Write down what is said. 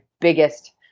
biggest